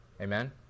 Amen